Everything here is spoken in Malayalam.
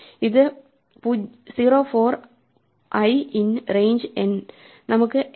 ഇത് 0 for i in range n നമുക്ക് n